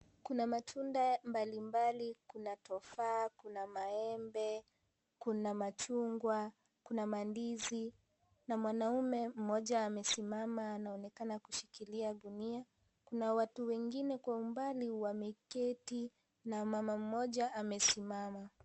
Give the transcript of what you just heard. Kuna matunda mbalimbali ;kuna tovaa, kuna maembe, kuna machungwa, kuna mandizi. Kuna mwanaume mmoja amesimama, anaonekana kushikilia gunia . Kuna watu wengine kwa umbali wameketi na mama mmoja amesimama.